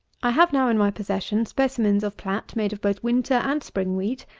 i have now in my possession specimens of plat made of both winter and spring wheat,